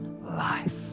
life